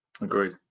Agreed